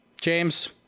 James